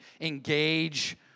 engage